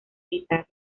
guitarra